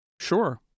Sure